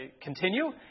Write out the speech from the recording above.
continue